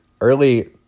Early